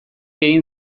egin